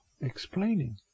explaining